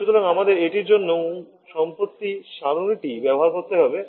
সুতরাং আমাদের এটির জন্য সম্পত্তি সারণীটি ব্যবহার করতে হবে